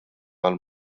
għall